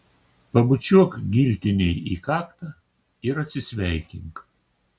pabučiuok giltinei į kaktą ir atsisveikink